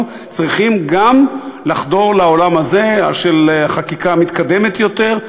צריכים גם לחדור לעולם הזה של חקיקה מתקדמת יותר,